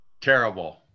terrible